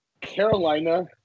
Carolina